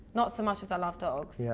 not so much as i love dogs. yeah